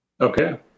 Okay